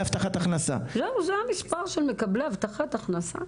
זהו - זה המספר של מקבלי הבטחת הכנסה?